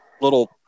little